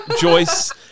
Joyce